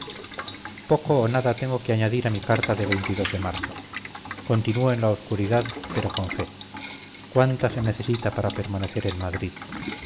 poco o nada tengo que añadir a mi carta de de marzo continúo en la oscuridad pero con fe cuánta se necesita para permanecer en madrid